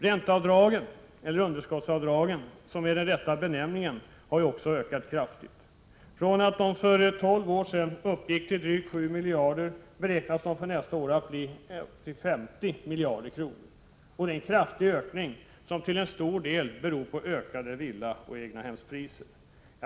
Ränteavdragen — eller underskottsavdragen, som är den rätta benämningen — har också ökat kraftigt. Från att för tolv år sedan ha uppgått till drygt 7 miljarder beräknas de för nästa år bli 50 miljarder kronor. Det är en kraftig ökning, som till stor del beror på ökade villaoch egnahemspriser.